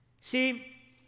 see